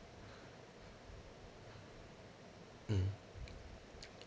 mm